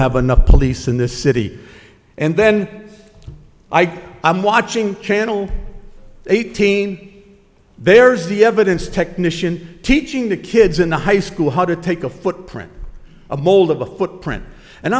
have enough police in this city and then i'm watching channel eighteen there's the evidence technician teaching the kids in the high school how to take a footprint a mold of a footprint and